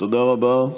תודה רבה.